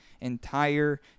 entire